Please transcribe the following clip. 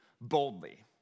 boldly